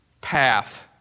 path